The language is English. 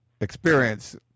experience